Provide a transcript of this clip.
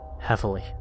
heavily